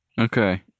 Okay